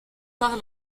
par